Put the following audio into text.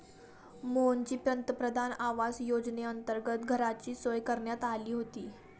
मोहनची पंतप्रधान आवास योजनेअंतर्गत घराची सोय करण्यात आली होती